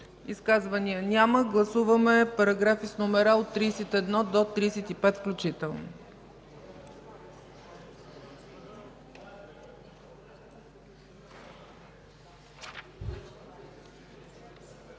Изказвания? Няма. Гласуваме параграфи с номера от 31 до 35 включително.